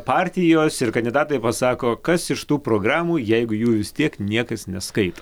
partijos ir kandidatai pasako kas iš tų programų jeigu jų vistiek tiek niekas neskaito